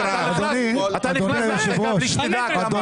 אדוני, אתה נכנס להחלטה בלי שתדע כמה.